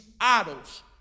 idols